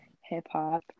hip-hop